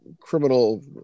criminal